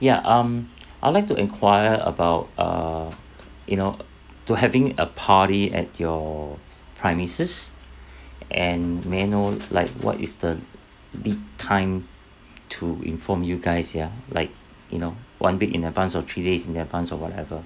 ya um I'll like to enquire about err you know to having a party at your premises and may I know like what is the lead time to inform you guys ya like you know one week in advance or three days in advance or whatever